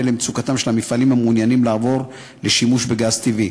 למצוקתם של המפעלים המעוניינים לעבור לשימוש בגז טבעי.